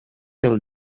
till